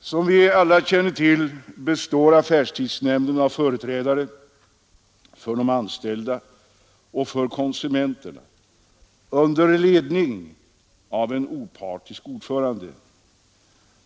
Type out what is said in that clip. Som vi alla känner till består affärstidsnämnden av företrädare för de anställda och för konsumenterna, under ledning av en opartisk ordförande.